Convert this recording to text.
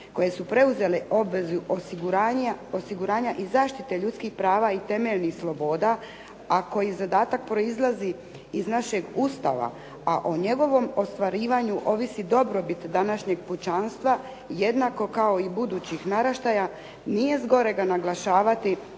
koje su preuzele obvezu osiguranja i zaštite ljudskih prava i temeljnih sloboda, a koji zadatak proizlazi iz našeg Ustava, a o njegovom ostvarivanju ovisi dobrobit današnjeg pučanstva jednako kao i budućih naraštaja. Nije zgorega naglašavati